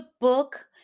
book